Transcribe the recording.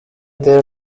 their